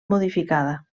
modificada